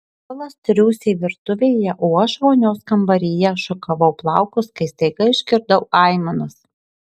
polas triūsė virtuvėje o aš vonios kambaryje šukavau plaukus kai staiga išgirdau aimanas